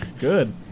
Good